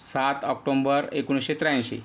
सात ऑक्टोंबर एकोणिसशे त्र्याऐंशी